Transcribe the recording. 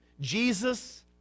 Jesus